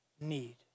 need